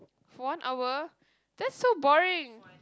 for one hour that's so boring